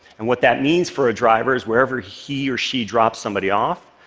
and what that means for a driver is wherever he or she drops somebody off,